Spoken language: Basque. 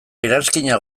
eranskina